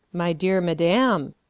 my dear madam,